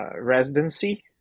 residency